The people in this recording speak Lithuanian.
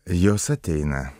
jos ateina